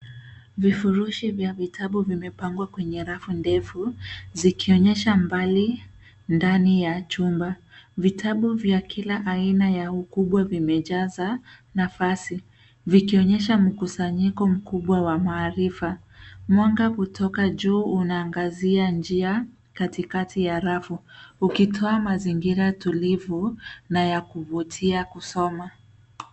Vifurushi vya vitabu vimepangwa kwenye rafu ndefu, zikionyesha mbali ndani ya chumba. Vitabu vya kila aina ya ukubwa vimejaza nafasi, vikionyesha mkusanyiko mkubwa wa maarifa. Mwanga kutoka juu unaangazia njia, katikati ya rafu. Ukitoa mazingira tulivu, na ya kuvutia kusoma.